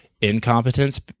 incompetence